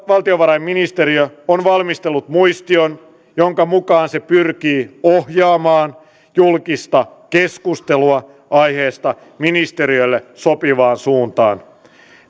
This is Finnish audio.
valtiovarainministeriö on valmistellut muistion jonka mukaan se pyrkii ohjaamaan julkista keskustelua aiheesta ministeriölle sopivaan suuntaan